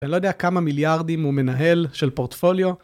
ולא יודע כמה מיליארדים הוא מנהל של פורטפוליו.